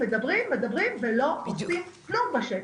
ולא עושים כלום בשטח.